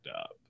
up